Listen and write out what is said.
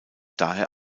daher